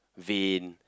vain